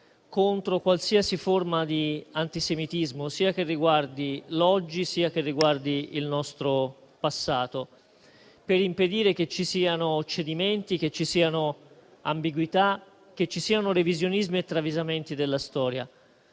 contro qualsiasi forma di antisemitismo, sia che riguardi l'oggi, sia che riguardi il nostro passato, per impedire che ci siano cedimenti, che ci siano ambiguità e che ci siano revisionismi e travisamenti della storia.